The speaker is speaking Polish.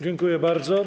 Dziękuję bardzo.